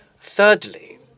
Thirdly